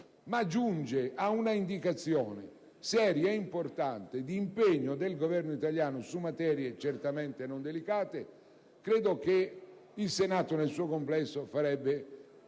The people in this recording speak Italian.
dare un'indicazione seria e importante di impegno del Governo italiano su materie certamente delicate, credo che il Senato nel suo complesso farebbe un